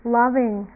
loving